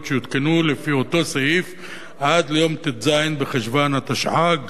שיותקנו לפי אותו סעיף עד ליום ט"ז בחשוון התשע"ג,